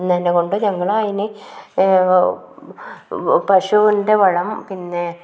ന്നന്നെക്കൊണ്ട് ഞങ്ങൾ അതിന് പശുവിൻ്റെ വളം പിന്നെ